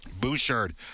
bouchard